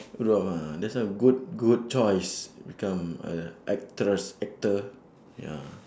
dwarf ah that's why good good choice become a actress actor ya